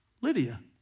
Lydia